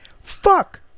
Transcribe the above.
Fuck